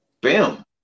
bam